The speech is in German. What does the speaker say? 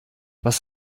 was